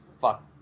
fuck